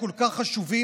הכל-כך חשובים,